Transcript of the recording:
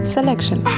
Selection